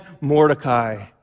Mordecai